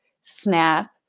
snap